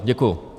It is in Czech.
Děkuju.